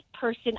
person